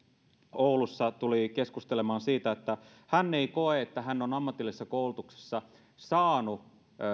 tuli keskustelemaan siitä että hän ei koe että hän on ammatillisessa koulutuksessa saanut